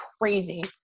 crazy